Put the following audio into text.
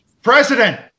President